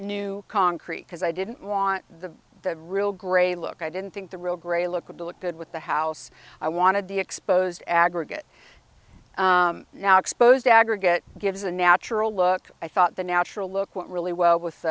new concrete because i didn't want the real gray look i didn't think the real gray looking to look good with the house i wanted the exposed aggregate now exposed aggregate gives a natural look i thought the natural look went really well with